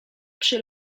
przy